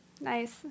Nice